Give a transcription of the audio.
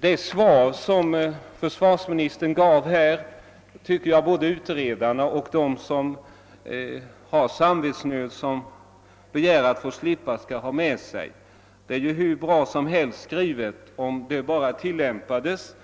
Det svar som försvarsministern gav här tycker jag att både utredarna och de som har samvetsnöd och som begär att få slippa värnpliktstjänstgöring skall ha med sig. Det är ju hur bra skrivet som helst — riktlinjerna skulle bara behöva tillämpas.